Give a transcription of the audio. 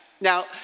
Now